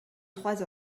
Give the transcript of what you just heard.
trois